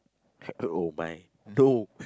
oh my no